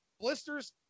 Blisters